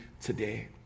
today